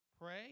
pray